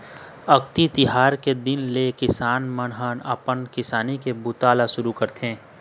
अक्ती तिहार के दिन ले किसान मन ह अपन किसानी के बूता ल सुरू करथे